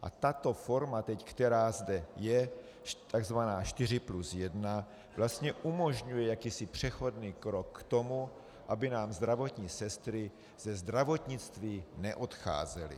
A tato forma teď, která zde je, tzv. 4+1, vlastně umožňuje jakýsi přechodný krok k tomu, aby nám zdravotní sestry ze zdravotnictví neodcházely.